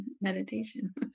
meditation